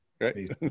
right